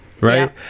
right